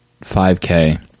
5k